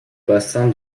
bassin